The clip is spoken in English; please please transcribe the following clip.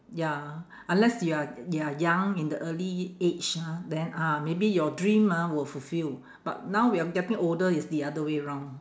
ya unless you are you are young in the early age ah then ah maybe your dream ah will fulfil but now we are getting older it's the other way round